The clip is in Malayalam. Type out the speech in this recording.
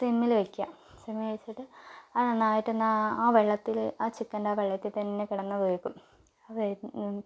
സിമ്മിൽ വയ്ക്കുക സിമ്മിൽ വച്ചിട്ട് അത് നന്നായിട്ടൊന്ന് ആ ആ വെള്ളത്തില് ആ ചിക്കൻ്റെ ആ വെള്ളത്തിൽത്തന്നെ കിടന്ന് വേകും അത് വേകും